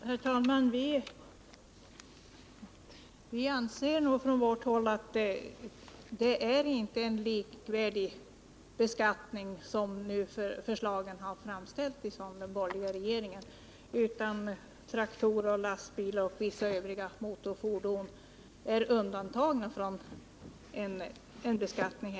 Herr talman! Vi anser från vårt håll att det inte är en likvärdig beskattning som föreslås av den borgerliga regeringen, utan traktorer, lastbilar och vissa övriga motorfordon är här undantagna från en beskattning.